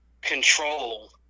control